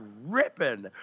ripping